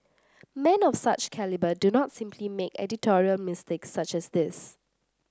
men of such calibre do not simply make editorial mistakes such as this